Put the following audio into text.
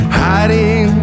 hiding